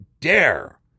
dare